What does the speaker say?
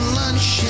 lunch